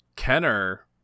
kenner